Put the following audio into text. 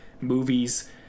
movies